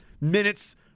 minutes